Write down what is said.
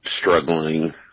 struggling